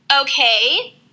okay